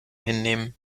hinnehmen